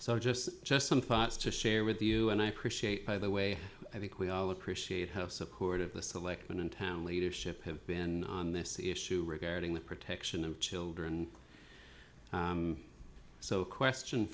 so just just some thoughts to share with you and i appreciate by the way i think we all appreciate have support of the selectmen in town leadership have been on this issue regarding the protection of children so question